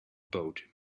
boat